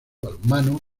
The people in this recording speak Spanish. balonmano